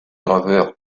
graveur